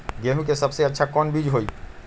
गेंहू के सबसे अच्छा कौन बीज होई?